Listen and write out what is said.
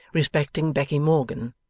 respecting becky morgan,